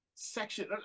section